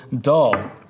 dull